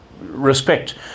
respect